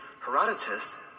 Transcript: Herodotus